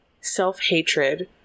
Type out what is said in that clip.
self-hatred